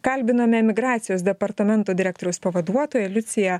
kalbiname migracijos departamento direktoriaus pavaduotoją liuciją